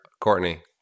Courtney